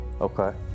Okay